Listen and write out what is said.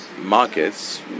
markets